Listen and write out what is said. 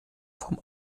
vom